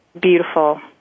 beautiful